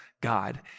God